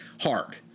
hard